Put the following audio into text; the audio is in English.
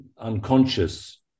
unconscious